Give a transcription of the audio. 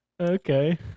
Okay